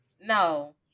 No